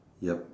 yup